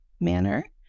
manner